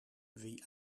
wie